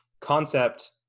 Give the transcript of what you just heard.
concept